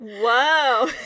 Whoa